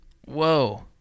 Whoa